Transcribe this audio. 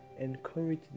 Encourage